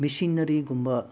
ꯃꯦꯆꯤꯟꯅꯔꯤꯒꯨꯝꯕ